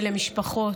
ולמשפחות.